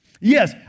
yes